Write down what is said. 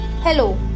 Hello